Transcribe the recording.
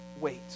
wait